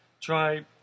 try